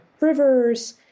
rivers